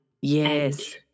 Yes